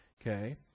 Okay